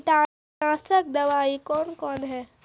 कीटनासक दवाई कौन कौन हैं?